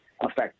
affect